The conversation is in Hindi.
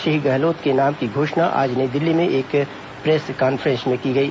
श्री गहलोत के नाम की घोषणा आज नई दिल्ली में एक प्रेस कॉन्फ्रेंस में की गई